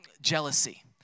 jealousy